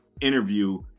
interview